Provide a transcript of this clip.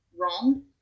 wrong